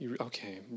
okay